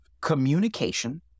communication